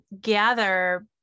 gather